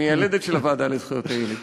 המיילדת של הוועדה לזכויות הילד.